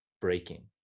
breaking